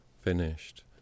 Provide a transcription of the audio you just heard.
finished